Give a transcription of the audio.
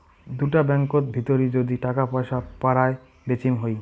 দুটা ব্যাঙ্কত ভিতরি যদি টাকা পয়সা পারায় বেচিম হই